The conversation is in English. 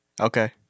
Okay